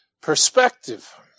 perspective